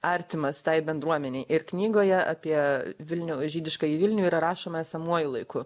artimas tai bendruomenei ir knygoje apie vilniau žydiškąjį vilnių yra rašoma esamuoju laiku